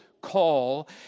call